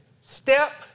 step